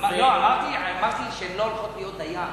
אמרתי שהן לא הולכות להיות דיין.